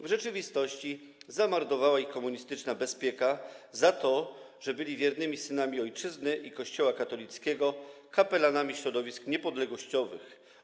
W rzeczywistości zamordowała ich komunistyczna bezpieka za to, że byli wiernymi synami ojczyzny i Kościoła katolickiego, kapelanami środowisk niepodległościowych.